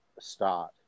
start